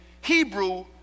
Hebrew